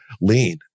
lean